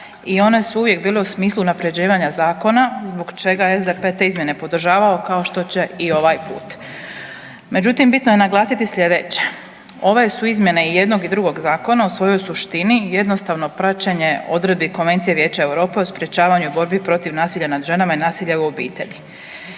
i one su uvijek bile u smislu unapređivanja zakona zbog čega je SDP te izmijene podržavao kao što će i ovaj put. Međutim bitno je naglasiti sljedeće, ove su izmjene i jednog i drugog zakona u svojoj suštini jednostavno praćenje odredbi Konvencije Vijeća Europe o sprečavanju borbi protiv nasilja nad ženama i nasilja u obitelji.